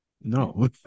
No